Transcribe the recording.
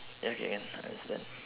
ya K can understand